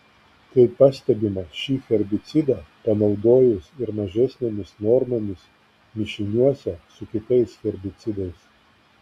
tai pastebima šį herbicidą panaudojus ir mažesnėmis normomis mišiniuose su kitais herbicidais